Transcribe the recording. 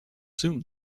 soon